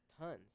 Tons